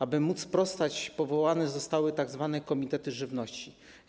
Aby móc mu sprostać, powołane zostały tzw. komitety żywności.